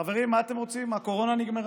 חברים, מה אתם רוצים, הקורונה נגמרה.